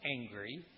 angry